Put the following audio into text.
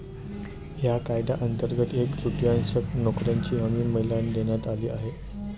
या कायद्यांतर्गत एक तृतीयांश नोकऱ्यांची हमी महिलांना देण्यात आली आहे